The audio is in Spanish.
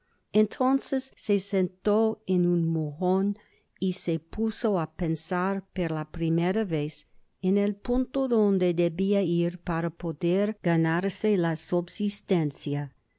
entonces se sentó en un mojon y se puso á pensar por la primera vez en el punto donde debia ir para poder ganarse la subsistencia